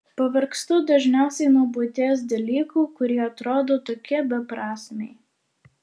pavargstu dažniausiai nuo buities dalykų kurie atrodo tokie beprasmiai